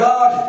God